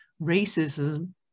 Racism